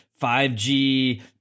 5G